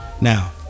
Now